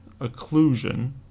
occlusion